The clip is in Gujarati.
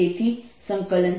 તેથી B